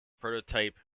prototype